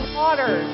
water